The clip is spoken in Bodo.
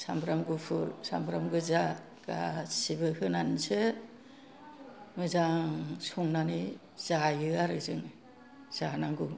सामब्राम गुफुर सामब्राम गोजा गासिबो होनानैसो मोजां संनानै जायो आरो जों जानांगौ